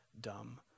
dumb